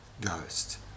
Ghost